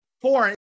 foreign